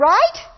Right